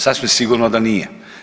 Sasvim sigurno da nije.